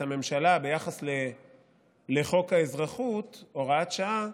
הממשלה ביחס לחוק האזרחות (הוראת שעה),